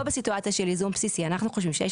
בסיטואציה של ייזום בסיסי אנחנו חושבים שיש